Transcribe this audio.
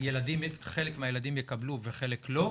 שחלק מהילדים יקבלו וחלק לא,